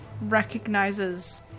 recognizes